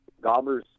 gobbers